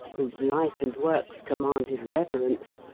whose life and works commanded reverence,